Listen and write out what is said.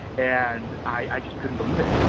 and i just couldn't believe it.